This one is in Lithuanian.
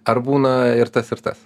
ar būna ir tas ir tas